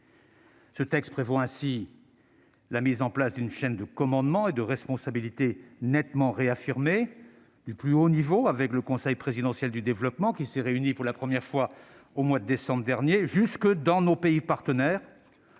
Ce texte prévoit ainsi la mise en place d'une chaîne de commandement et de responsabilité nettement réaffirmée, du plus haut niveau, avec le Conseil présidentiel du développement, qui s'est réuni pour la première fois en décembre dernier, jusque dans nos pays partenaires,